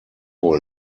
wohl